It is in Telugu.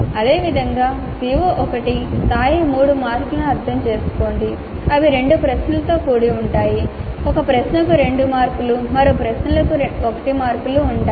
అదేవిధంగా CO1 స్థాయి 3 మార్కులను అర్థం చేసుకోండి అవి రెండు ప్రశ్నలతో కూడి ఉంటాయి ఒక ప్రశ్నకు 2 మార్కులు మరో ప్రశ్నలకు 1 మార్కులు ఉంటాయి